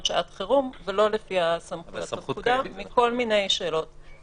שעת חירום ולא לפי הסמכויות של הפקודה מכל מיני שיקולים.